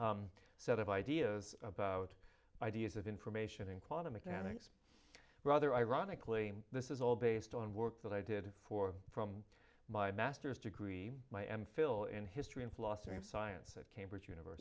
set of ideas about ideas and information in quantum mechanics rather ironically this is all based on work that i did for from my master's degree my m phil in history in philosophy and science at cambridge univers